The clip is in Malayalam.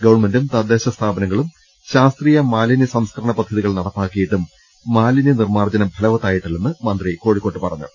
ഗവൺമെന്റും തദ്ദേശസ്ഥാപനങ്ങളും ശാസ്ത്രീയ മാലിന്യ സംസ്ക രണ പദ്ധതികൾ നടപ്പാക്കിയിട്ടും മാലിന്യ നിർമ്മാർജ്ജനം ഫലവത്തായിട്ടി ല്ലെന്ന് അദ്ദേഹം കോഴിക്കോട്ട് പറഞ്ഞു